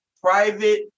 Private